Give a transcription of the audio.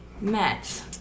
met